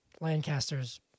Lancaster's